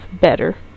better